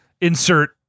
insert